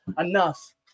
enough